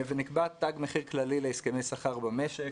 ונקבע תג מחיר כללי להסכמי שכר במשק,